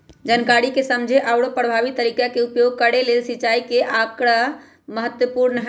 जनकारी के समझे आउरो परभावी तरीका के उपयोग करे के लेल सिंचाई के आकड़ा महत्पूर्ण हई